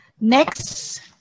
Next